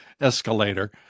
escalator